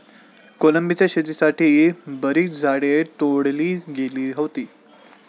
कोलंबीच्या शेतीसाठी बरीच झाडे तोडली गेली होती